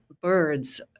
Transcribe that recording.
birds